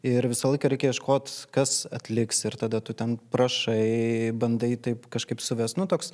ir visą laiką reikėjo ieškot kas atliks ir tada tu ten prašai bandai taip kažkaip suvest nu toks